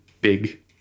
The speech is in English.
big